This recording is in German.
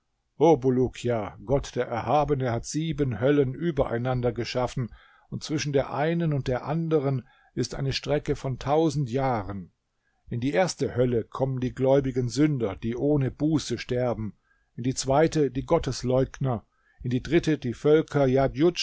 gott der erhabene hat sieben höllen übereinander geschaffen und zwischen der einen und der anderen ist eine strecke von tausend jahren in die erste hölle kommen die gläubigen sünder die ohne buße sterben in die zweite die gottesleugner in die dritte die völker